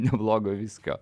neblogo viskio